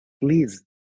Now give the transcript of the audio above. please